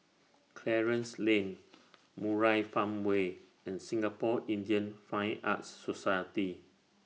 Clarence Lan Murai Farmway and Singapore Indian Fine Arts Society